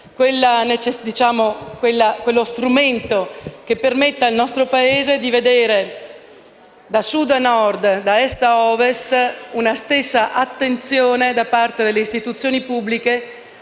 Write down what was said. lo strumento che permetta al nostro Paese di vedere, da Sud a Nord, da Est a Ovest, la stessa attenzione da parte delle istituzioni pubbliche,